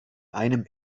einem